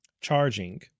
Charging